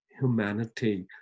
humanity